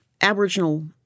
Aboriginal